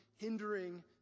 hindering